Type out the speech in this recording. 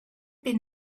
been